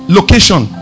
location